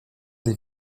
des